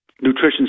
nutrition